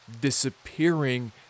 disappearing